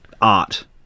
art